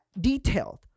detailed